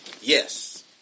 yes